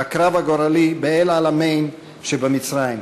בקרב הגורלי באל-עלמיין שבמצרים.